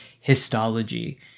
histology